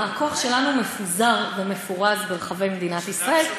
הכוח שלנו מפוזר ומפורז ברחבי מדינת ישראל,